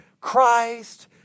Christ